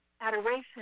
adoration